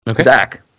Zach